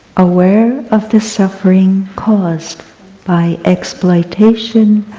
aware of the suffering caused by exploitation,